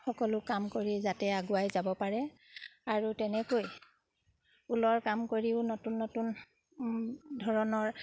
সকলো কাম কৰি যাতে আগুৱাই যাব পাৰে আৰু তেনেকৈ ঊলৰ কাম কৰিও নতুন নতুন ধৰণৰ